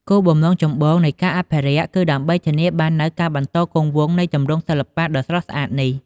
គោលបំណងចម្បងនៃការអភិរក្សគឺដើម្បីធានាបាននូវការបន្តគង់វង្សនៃទម្រង់សិល្បៈដ៏ស្រស់ស្អាតនេះ។